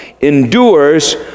endures